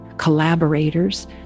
collaborators